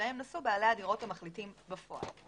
שבהם נשאו בעלי הדירות המחליטים בפועל,